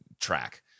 track